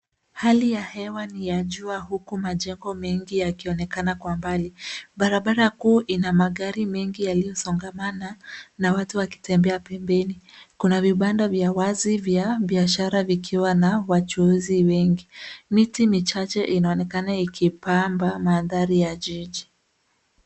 Hali ya hewa ni ya jua huku majengo mengi yakionekana kwa mbali. Barabara kuu ina magari mengi yaliyosongamana na watu wakitembea pembeni. Kuna vibanda vya wazi vya biashara vikiwa na wachuuzi wengi. Miti michache inaonekana ikipamba mandhari ya jiji.